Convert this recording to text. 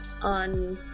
on